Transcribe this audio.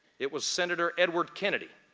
it was senator edward kennedy,